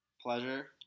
Pleasure